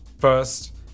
first